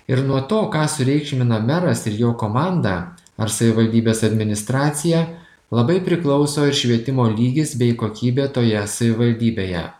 ir nuo to ką sureikšmina meras ir jo komanda ar savivaldybės administracija labai priklauso ir švietimo lygis bei kokybė toje savivaldybėje